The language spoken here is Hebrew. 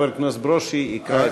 חבר הכנסת ברושי יקרא,